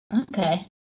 Okay